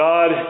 God